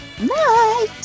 Night